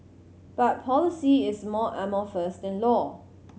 but policy is more amorphous than law